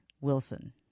Wilson